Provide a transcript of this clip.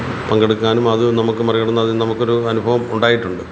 പങ്കെടുക്കാനും അത് നമുക്ക് മറികടന്ന് അതിൽ നമുക്കൊരു അനുഭവം ഉണ്ടായിട്ടുണ്ട്